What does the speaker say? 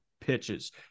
pitches